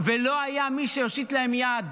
ולא היה מי שיושיט להם יד,